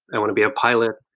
i want to be a pilot.